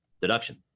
deduction